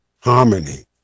harmony